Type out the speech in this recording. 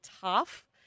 tough